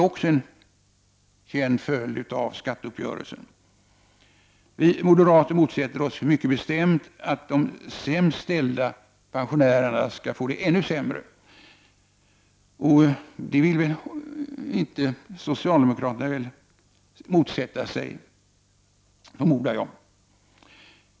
Också det är en följd av skatteuppgörelsen. Vi moderater motsätter oss mycket bestämt att de sämst ställda pensionärerna skall få det ännu sämre. Vill inte socialdemokraterna ställa upp på detta?